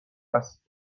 است